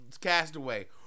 castaway